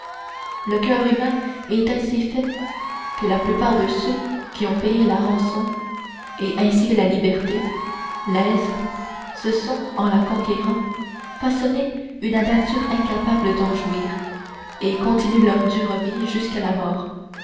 le coeur humain est ainsi fait que la plupart de ceux qui ont payé la rançon et ainsi la liberté laise se sont en la conquérant façonné une nature incapable d'en jouir et continuent leur dure vie jusqu'à la mort